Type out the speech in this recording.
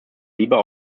lieber